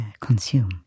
consume